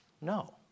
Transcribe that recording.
no